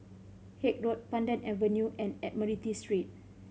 Haig Road Pandan Avenue and Admiralty Street